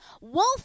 Wolf